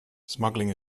smuggling